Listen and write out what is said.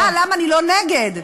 למה את לא נגד?